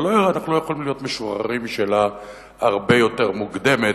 אבל אנחנו לא יכולים להיות משוחררים משאלה הרבה יותר מוקדמת.